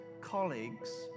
colleagues